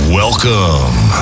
welcome